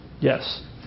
Yes